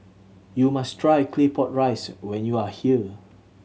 you must try Claypot Rice when you are here